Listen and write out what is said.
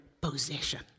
possession